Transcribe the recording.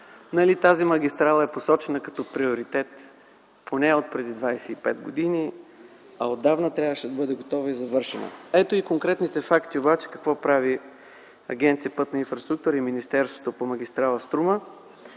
тази магистрала е посочена като приоритетна преди 25 години, а отдавна трябваше да бъде готова и завършена. Ето и конкретните факти какво прави Агенцията за инфраструктура и министерството по магистрала „Струма”.